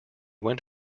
went